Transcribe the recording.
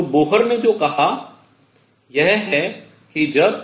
तो बोहर ने जो कहा यह है कि जब